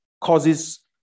causes